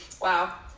wow